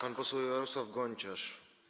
Pan poseł Jarosław Gonciarz.